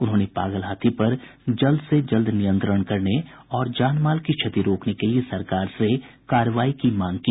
उन्होंने पागल हाथी पर जल्द से जल्द से नियंत्रण करने और जान माल की क्षति रोकने के लिये सरकार से कार्रवाई की मांग की